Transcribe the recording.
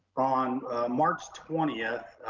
on march twentieth,